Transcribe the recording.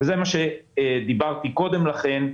זה מה שדיברתי עליו קודם לכן,